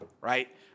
right